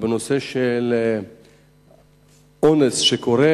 ובנושא של אונס שקורה,